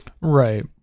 Right